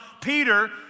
Peter